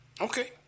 Okay